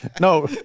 No